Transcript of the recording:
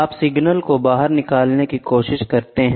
आप सिग्नल को बाहर निकालने की कोशिश करते हैं